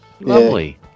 Lovely